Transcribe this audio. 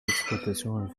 d’exploitation